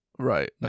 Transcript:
Right